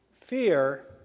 fear